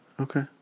Okay